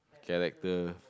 character